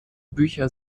bücher